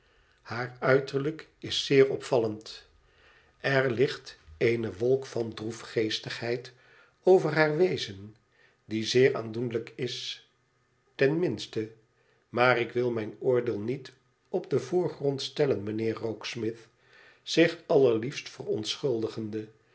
haar uiterlijk is zeer opvallend r ligt eene wolk van droefgeestigheid over haar wezen die zeer aanaandoenlijk is ten minste maar ik wil mijn oordeel niet op den voorgrond stellen mijnheer rokesmith zich allerliefst